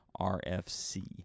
RFC